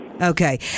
Okay